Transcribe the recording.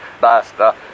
basta